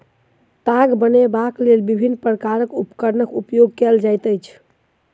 ताग बनयबाक लेल विभिन्न प्रकारक उपकरणक उपयोग कयल जाइत अछि